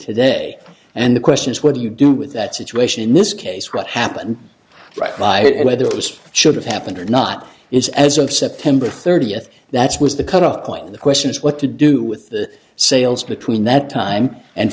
today and the question is what do you do with that situation in this case what happened right by it and whether it was should have happened or not is as of september thirtieth that's was the cutoff point and the question is what to do with the sales between that time and